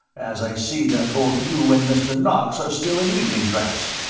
as i see that both you and mr. knox are still in evening dress?